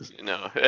No